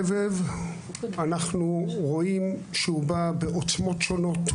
אנחנו רואים שכל סבב בא בעוצמות שונות,